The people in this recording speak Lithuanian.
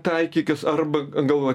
taikykis arba galvoj